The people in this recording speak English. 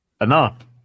Enough